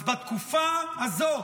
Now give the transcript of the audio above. אז בתקופה הזאת